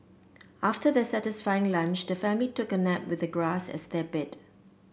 after their satisfying lunch the family took a nap with the grass as their bed